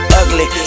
ugly